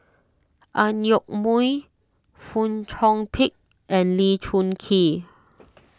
Ang Yoke Mooi Fong Chong Pik and Lee Choon Kee